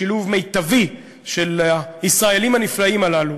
לשילוב מיטבי של הישראלים הנפלאים הללו,